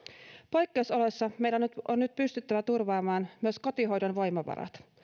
poikkeusoloissa meidän on nyt pystyttävä turvaamaan myös kotihoidon voimavarat